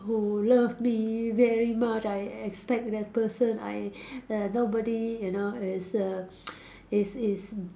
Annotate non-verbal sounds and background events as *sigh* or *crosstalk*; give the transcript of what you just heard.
who love me very much I expect that person I err nobody you know is a *noise* is is